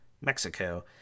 Mexico